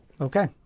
Okay